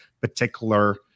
particular